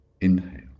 Inhale